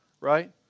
right